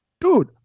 dude